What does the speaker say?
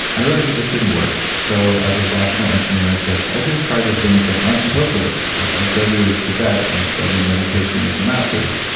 i realized it just didn't work so as a rational engineer, i said i'll just try to things that aren't supposed to work like i'll go to tibet and study meditation with the masters.